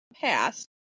passed